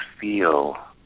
feel